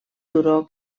turó